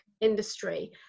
industry